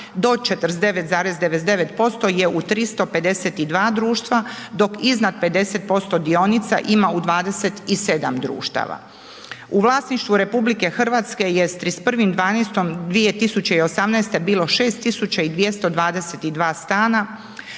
do 49,99% je u 352 društva, dok iznad 50% dionica ima u 27 društava. U vlasništvu RH je s 31.12.2018. bilo 6222 stana,